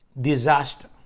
disaster